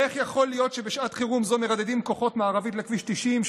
איך יכול להיות שבשעת חירום זו מרדדים כוחות מערבית לכביש 90,